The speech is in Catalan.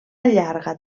llarga